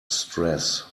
stress